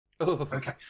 Okay